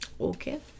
Okay